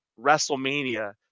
WrestleMania